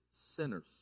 sinners